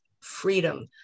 freedom